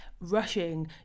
rushing